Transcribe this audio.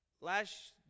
Last